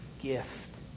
gift